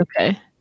Okay